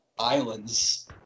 islands